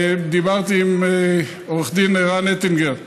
דיברתי עם עורך דין ערן אטינגר,